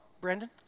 Brandon